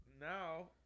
now